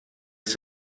ist